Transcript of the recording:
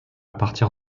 partir